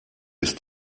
ist